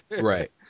right